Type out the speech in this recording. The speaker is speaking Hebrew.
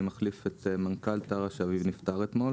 אני מחליף את מנכ"ל טרה שאביו נפטר אתמול